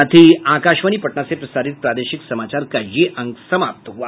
इसके साथ ही आकाशवाणी पटना से प्रसारित प्रादेशिक समाचार का ये अंक समाप्त हुआ